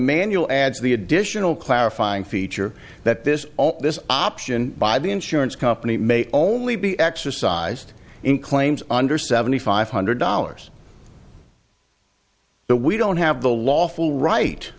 manual adds the additional clarifying feature that this this option by the insurance company may only be exercised in claims under seventy five hundred dollars but we don't have the lawful right